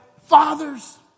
fathers